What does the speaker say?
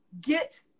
Get